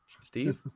steve